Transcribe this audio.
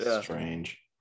Strange